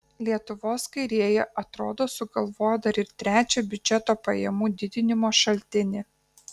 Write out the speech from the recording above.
lietuvos kairieji atrodo sugalvojo dar ir trečią biudžeto pajamų didinimo šaltinį